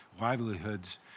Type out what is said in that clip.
livelihoods